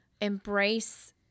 embrace